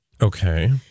Okay